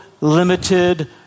limited